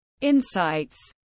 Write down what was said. insights